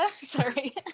Sorry